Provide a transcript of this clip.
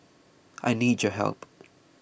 I need your help